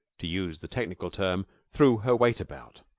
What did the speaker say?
to use the technical term, threw her weight about.